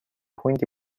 hundi